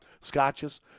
Scotches